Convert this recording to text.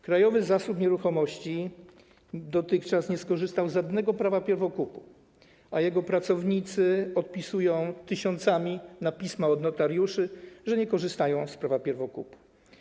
Krajowy Zasób Nieruchomości dotychczas nie skorzystał z żadnego prawa pierwokupu, a jego pracownicy odpisują tysiącami na pisma od notariuszy, że nie korzystają z prawa pierwokupu.